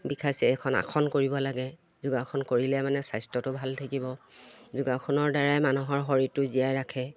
বিষাইছে এখন আসন কৰিব লাগে যোগাসন কৰিলে মানে স্বাস্থ্যটো ভাল থাকিব যোগাসনৰ দ্বাৰাই মানুহৰ শৰীৰটো জীয়াই ৰাখে